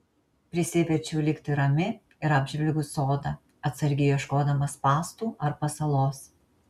prisiverčiau likti rami ir apžvelgiau sodą atsargiai ieškodama spąstų ar pasalos